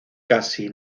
casi